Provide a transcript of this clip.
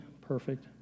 perfect